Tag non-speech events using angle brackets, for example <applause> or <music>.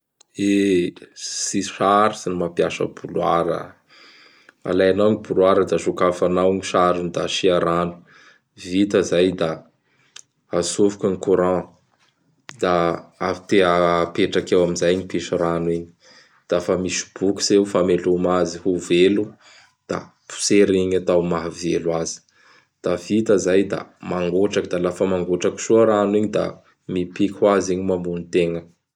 E! <noise> Tsy sarotsy ny mampiasa bouloir! <noise> Alainao gny bouloir da sokafanao gn sarony da asia rano. <noise> Vita izay da atsofoky gn courant; da apee apetraky eo amin'izay i mpisy rano igny; <noise> da fa misy bokotsy eo fameloma azy ho velo; <noise> da potsery igny atao amin'gny mahavelo azy; <noise> da vita izay da mangotraky da lafa mangotraky soa rano iñy da mipiky ho azy igny mamono tegna.